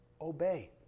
obey